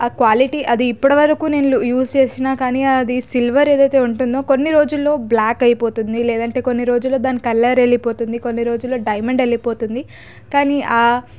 ఆ క్వాలిటీ అది ఇప్పటివరకు నేను యూస్ చేసినా కానీ అది సిల్వర్ ఏదైతే ఉంటుందో కొన్ని రోజుల్లో బ్లాక్ అయిపోతుంది లేదంటే కొన్ని రోజులు దాని కలర్ వెళ్ళిపోతుంది కొన్ని రోజులు డైమండ్ వెళ్ళిపోతుంది కానీ